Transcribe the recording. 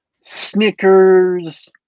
Snickers